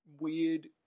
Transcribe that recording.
weird